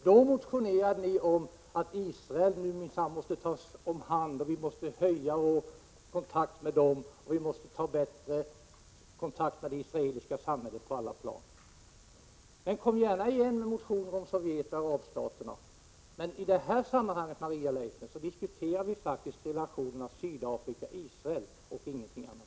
Då motionerade ni om att Israel minsann måste tas omhand och att vi måste förbättra våra kontakter med det israeliska samhället på alla plan. Men kom gärna igen med motioner om Sovjet och arabstaterna. Men i det här sammanhanget, Maria Leissner, så diskuterar vi faktiskt relationerna Sydafrika/Israel och ingenting annat.